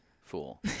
fool